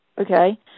Okay